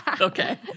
okay